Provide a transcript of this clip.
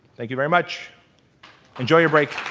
thank you very much enjoy your break